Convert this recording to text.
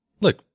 Look